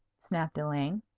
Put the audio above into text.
snapped elaine.